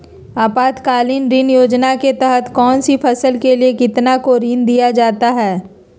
आपातकालीन ऋण योजना के तहत कौन सी फसल के लिए किसान को ऋण दीया जाता है?